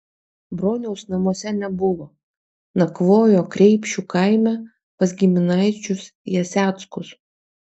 broniaus namuose nebuvo nakvojo kreipšių kaime pas giminaičius jaseckus